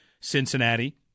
Cincinnati